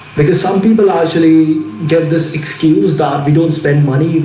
because some people actually get this excuse that we don't spend money.